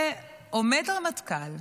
ועומד רמטכ"ל,